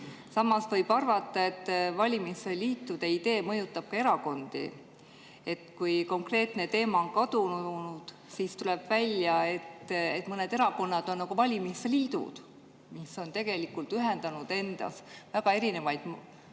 Samas võib arvata, et valimisliitude idee mõjutab ka erakondi. Kui konkreetne teema on kadunud, siis tuleb välja, et mõned erakonnad on nagu valimisliidud, mis tegelikult ühendavad endas väga erinevaid